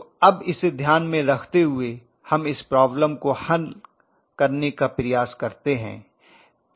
तो अब इसे ध्यान में रखते हुए हम इस प्रॉब्लम को हल करने का प्रयास करतें हैं